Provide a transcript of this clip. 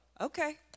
Okay